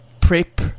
prep